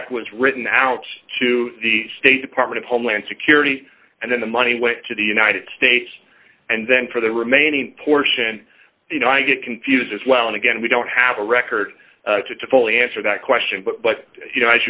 check was written out to the state department of homeland security and then the money went to the united states and then for the remaining portion you know i get confused as well and again we don't have a record to fully answer that question but but you know